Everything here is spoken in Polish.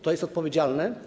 To jest odpowiedzialne?